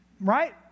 right